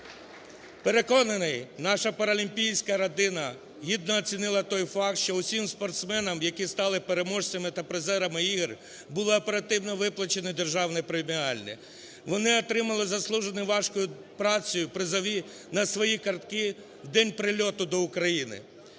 Переконаний, наша паралімпійська родина гідно оцінила той факт, що усім спортсменам, які стали переможцями та призерами ігор, були оперативно виплачені державні преміальні. Вони отримали заслужені важкою працею призові на свої картки в день прильоту до України.